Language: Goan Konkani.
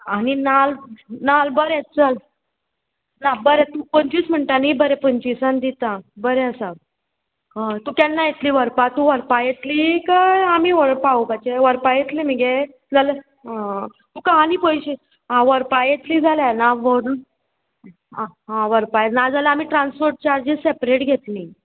आनी नाल्ल नाल्ल बरें चल ना बरें तूं पंचवीस म्हणटा न्ही बरें पंचवीसान दिता बरें आसा हय तूं केन्ना येतलीं व्हरपा तूं व्हरपा येतली काय आमी व्हर पावोवपाचें व्हरपा येतलें मगे जाल्यार आं तुका आनी पयशे आं व्हरपा येतली जाल्यार ना व्हरून आं व्हरपा येता ना जाल्यार आमी ट्रान्सपोर्ट चार्जीस सॅपरेट घेतलीं